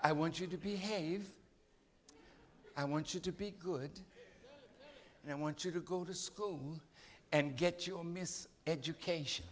i want you to behave i want you to be good and i want you to go to school and get your mis education